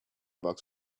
box